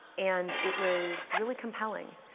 and it was really compelling.